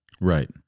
Right